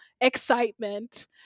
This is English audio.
excitement